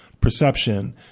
perception